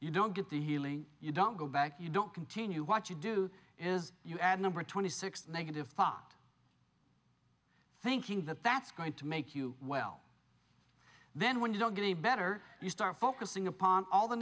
you don't get the healing you don't go back you don't continue what you do is you add number twenty six negative thought thinking that that's going to make you well then when you don't get any better you start focusing upon all the